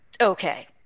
Okay